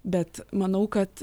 bet manau kad